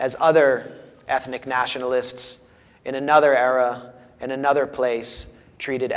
as other ethnic nationalists in another era and another place treated